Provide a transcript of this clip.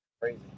Crazy